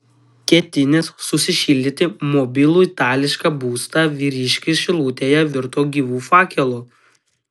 ketinęs sušildyti mobilų itališką būstą vyriškis šilutėje virto gyvu fakelu